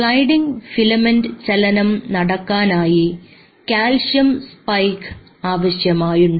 sliding filament ചലനം നടക്കാനായി calcium spike ആവശ്യമായുണ്ട്